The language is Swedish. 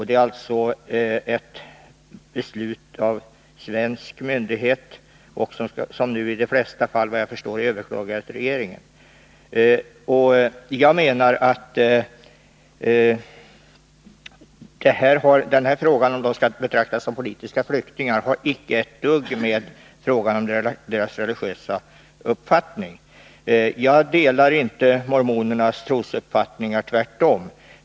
Det är alltså beslut av en svensk myndighet, vilka, såvitt jag förstår, i de flesta fallen har överklagats till regeringen. Jag menar att frågan om huruvida de skall betraktas som politiska flyktingar icke har ett dugg att göra med deras religiösa uppfattning. Jag delar inte mormonernas trosuppfattning, tvärtom.